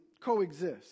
coexist